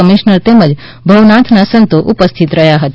commissioner તેમજ ભવનાથના સંતો ઉપસ્થિત રહ્યા હતા